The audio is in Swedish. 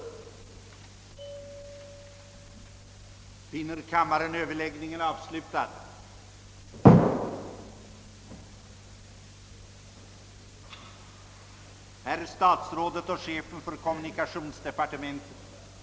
Ordet lämnades på begäran till Chefen för kommunikationsdeparte